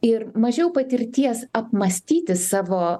ir mažiau patirties apmąstyti savo